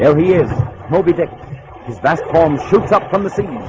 and he is moby dick his bath bomb shoots up from the sea.